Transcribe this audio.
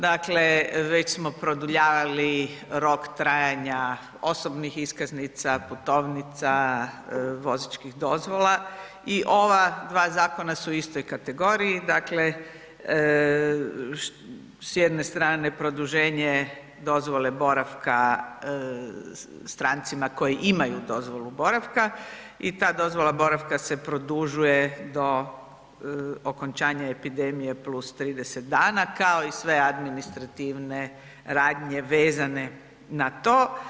Dakle, već smo produljavali rok trajanja osobnih iskaznica, putovnica, vozačkih dozvola i ova dva zakona su u istoj kategoriji, dakle s jedne strane produženje dozvole boravka strancima koji imaju dozvolu boravka i ta dozvola boravka se produžuje do okončanja epidemije plus 30 dana kao i sve administrativne radnje vezane na to.